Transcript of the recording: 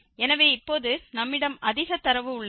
எனவே இப்போது நம்மிடம் அதிக தரவு உள்ளது